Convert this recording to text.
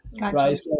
right